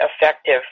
effective